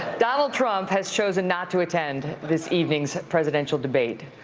donald trump has chosen not to attend this evening's presidential debate.